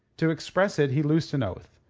to express it he loosed an oath.